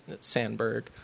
Sandberg